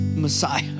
Messiah